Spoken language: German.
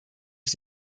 ich